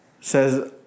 says